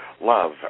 love